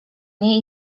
nie